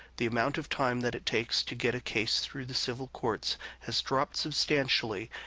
the amount of time that it takes to get a case through the civil courts has dropped substantially,